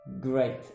great